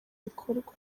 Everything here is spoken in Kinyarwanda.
bikorwa